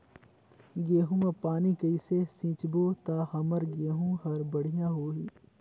गहूं म पानी कइसे सिंचबो ता हमर गहूं हर बढ़िया होही?